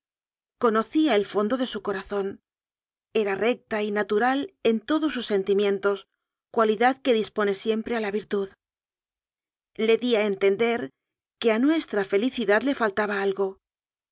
conocía el fondo de su corazón era recta y natu ral en todos sus sentimientos cualidad que dispo ne siempre a la virtud le di a entender que a nuestra felicidad le faltaba algo